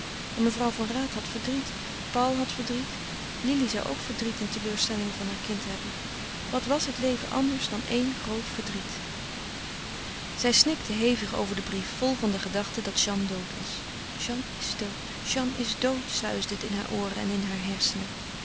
en mevrouw van raat had verdriet paul had verdriet lili zou ook verdriet en teleurstellingen van haar kind hebben wat was het leven anders dan éen groot verdriet zij snikte hevig over den brief vol van de gedachte dat jeanne dood was jeanne is dood jeanne is dood suisde het in hare ooren en in hare hersenen